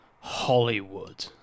Hollywood